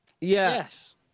Yes